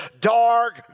dark